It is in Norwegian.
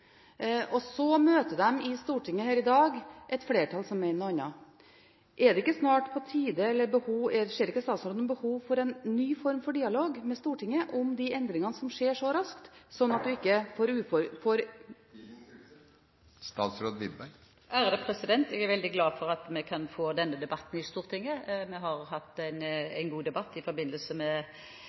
pressestøtten. Så møter de i Stortinget i dag et flertall som mener noe annet. Ser ikke statsråden behovet for en ny form for dialog med Stortinget om de endringene som skjer så raskt, sånn at vi ikke får … Taletiden er ute. Jeg er veldig glad for å få denne debatten i Stortinget. Vi har hatt en god debatt. Da vi diskuterte budsjettet for 2014, hadde vi også en runde om disse tingene. Det er svært viktig at dette er godt forankret i